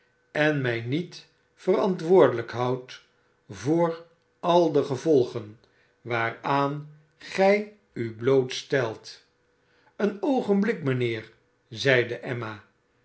en mijniet verantwoordelijk hotid voor al de gevo lgen waaraangij u bloo stelt een oogenblik mijnheer zeide emma